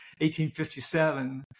1857